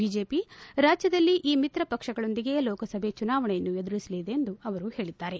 BJP ರಾಜ್ಯದಲ್ಲಿ ಈ ಮಿತ್ರ ಪಕ್ಷಗಳೊಂದಿಗೆ ಲೋಕಸಭೆ ಚುನಾವಣೆಯನ್ನು ಎದುರಿಸಲಿದೆ ಎಂದು ಅವರು ಹೇಳಿದ್ದಾರೆ